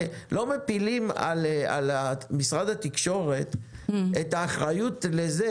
לא מפילים על משרד התקשורת את האחריות לזה